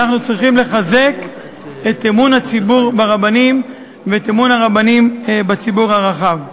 אנחנו צריכים לחזק את אמון הציבור ברבנים ואת אמון הרבנים בציבור הרחב.